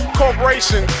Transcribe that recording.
corporation